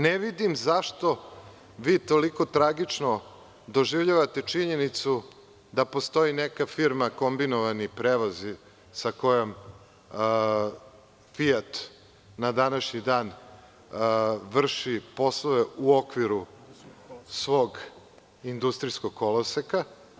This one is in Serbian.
Ne vidim zašto vi toliko tragično doživljavate činjenicu da postoji neka firma „Kombinovani prevoz“ sa kojom „Fijat“ na današnji dan vrši poslove u okviru svog industrijskog koloseka.